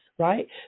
right